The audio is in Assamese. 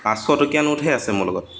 পাঁচশটকীয়া নোটহে আছে মোৰ লগত